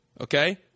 okay